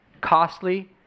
costly